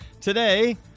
Today